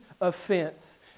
offense